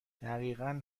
دقیقا